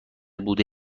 بوده